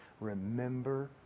Remember